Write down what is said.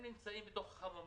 הם נמצאים בתוך חממה.